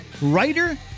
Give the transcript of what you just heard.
writer